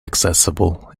accessible